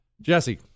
Jesse